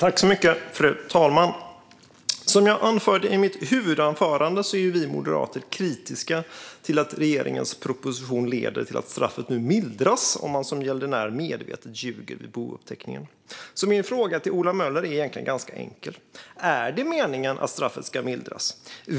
Fru talman! Som jag anförde i mitt huvudanförande är vi moderater kritiska till att regeringens proposition leder till att straffet nu mildras om man som gäldenär medvetet ljuger vid bouppteckningen. Min fråga till Ola Möller är ganska enkel: Är det meningen att straffet ska mildras?